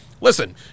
Listen